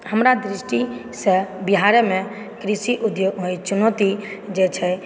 हमरा दृष्टिसॅं बिहारमे कृषि उद्योग चुनौती जे छै